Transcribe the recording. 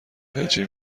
هجی